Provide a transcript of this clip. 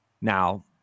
now